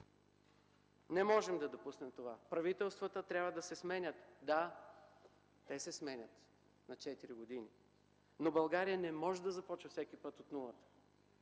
Не можем да допуснем това! Правителствата трябва да се сменят – да, те се сменят на четири години, но България не може да започва всеки път от нулата!